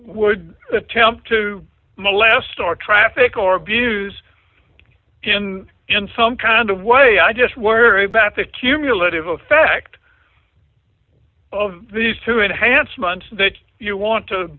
would attempt to molest or traffic or abuse in some kind of way i just worry about the cumulative effect of these two enhanced months that you want to